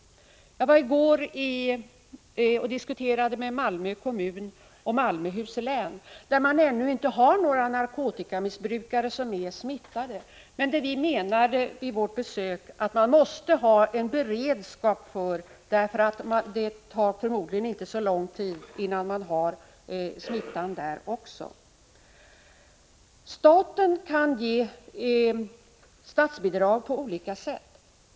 Jag diskuterade i går med representanter för Malmö kommun och Malmöhus län, där man ännu inte har några narkotikamissbrukare som är smittade. Men vi sade vid vårt besök att det måste finnas en beredskap, för det tar förmodligen inte så lång tid, innan man har smittade där också. Staten kan ge statsbidrag på olika sätt.